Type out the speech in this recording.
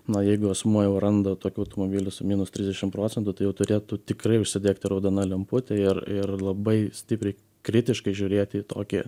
nu jeigu asmuo jau randa tokių automobilių su minus trisdešim procentų tai jau turėtų tikrai užsidegti raudona lemputė ir ir labai stipriai kritiškai žiūrėti į tokį